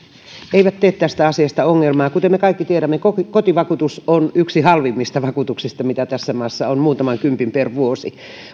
eivät tee tästä asiasta ongelmaa kuten me kaikki tiedämme kotivakuutus on yksi halvimmista vakuutuksista mitä tässä maassa on muutaman kympin per vuosi